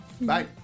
Bye